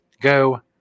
Go